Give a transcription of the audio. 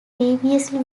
previously